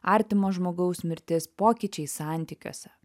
artimo žmogaus mirtis pokyčiai santykiuose